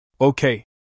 Okay